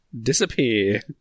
disappear